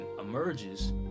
emerges